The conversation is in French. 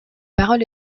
parole